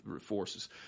forces